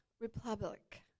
Republic